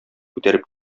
күтәреп